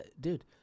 dude